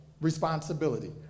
responsibility